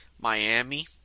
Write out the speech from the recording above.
Miami